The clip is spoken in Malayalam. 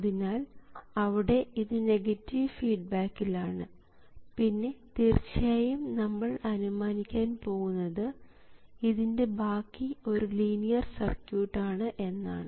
അതിനാൽ അവിടെ ഇത് നെഗറ്റീവ് ഫീഡ്ബാക്കിൽ ആണ് പിന്നെ തീർച്ചയായും നമ്മൾ അനുമാനിക്കാൻ പോകുന്നത് ഇതിൻറെ ബാക്കി ഒരു ലീനിയർ സർക്യൂട്ടാണ് എന്നാണ്